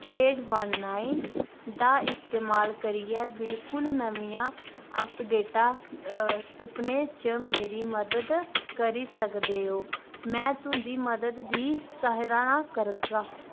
eight one nine दा इस्तेमाल करियै बिल्कुल नमियां अपडेटां तुप्पनें च मेरी मदद करी सकदे ओ में तुं'दी मदद दी सराह्ना करगा